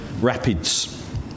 rapids